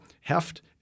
heft